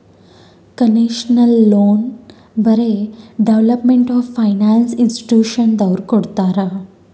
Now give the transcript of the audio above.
concessional loan ಬರೇ development of finance ಇನ್ಸ್ಟಿಟ್ಯೂಷನದವ್ರು ಕೊಡ್ತಾರ್